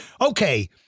Okay